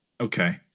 Okay